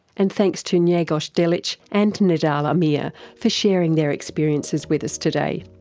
and thanks to ngegos delic and nedhal amir for sharing their experiences with us today.